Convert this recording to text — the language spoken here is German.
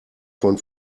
von